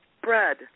Bread